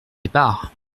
départ